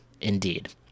indeed